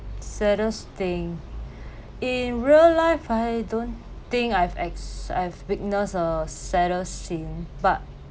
saddest thing in real life I don't think I've ex~ I've witnessed a saddest scene but